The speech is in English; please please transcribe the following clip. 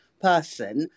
person